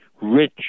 rich